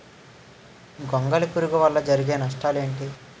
గొంగళి పురుగు వల్ల జరిగే నష్టాలేంటి?